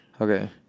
Okay